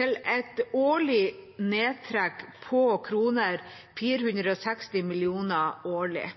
til et nedtrekk på 460 mill. kr årlig.